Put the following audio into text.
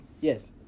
Yes